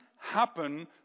happen